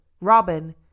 robin